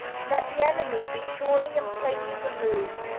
let the enemy be surely and plainly removed,